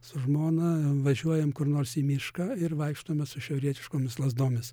su žmona važiuojam kur nors į mišką ir vaikštome su šiaurietiškomis lazdomis